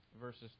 verses